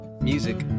Music